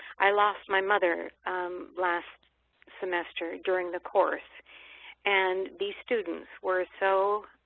i lost my mother last semester during the course and these students were so